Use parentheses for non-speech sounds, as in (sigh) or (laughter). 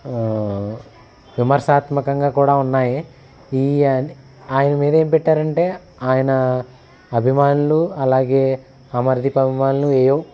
విమర్శాత్మకంగా కూడా ఉన్నాయి ఈ ఆయన మీద ఏం పెట్టారంటే ఆయన అభిమానులు అలాగే అమర్ దీప్ అభిమానులు (unintelligible)